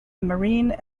marine